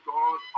God